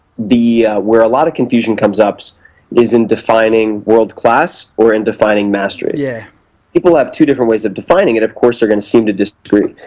where a lot of confusion comes up is in defining world-class or in defining mastery. yeah people have two different ways of defining it, of course, they're going to seem to disagree.